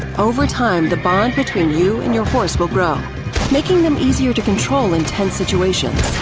over time the bond between you and your horse will grow making them easier to control in tense situations.